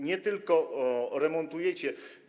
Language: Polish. Nie tylko remontujecie.